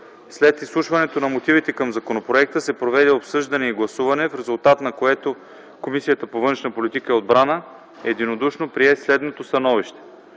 След изслушването на мотивите към законопроекта се проведе обсъждане и гласуване, в резултат на което Комисията по външна политика и отбрана единодушно прие следното становище: